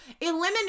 Eliminate